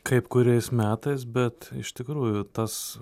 kaip kuriais metais bet iš tikrųjų tas